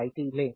तो P v i